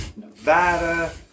Nevada